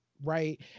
right